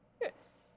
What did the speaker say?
Yes